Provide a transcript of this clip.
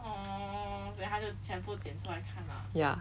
then 他就讲不尽 so I can lah ya